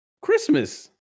Christmas